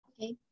Okay